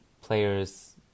players